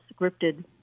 scripted